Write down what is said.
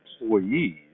employees